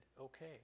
okay